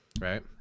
right